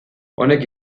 honek